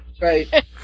Right